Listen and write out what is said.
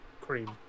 Cream